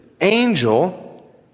angel